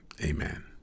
Amen